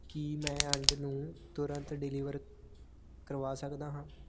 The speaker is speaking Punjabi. ਕੀ ਮੈਂ ਅੰਡ ਨੂੰ ਤੁਰੰਤ ਡਿਲੀਵਰ ਕਰਵਾ ਸਕਦਾ ਹਾਂ